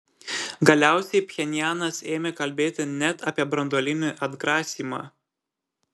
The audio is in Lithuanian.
galiausiai pchenjanas ėmė kalbėti net apie branduolinį atgrasymą